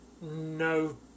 No